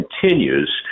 continues